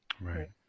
right